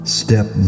step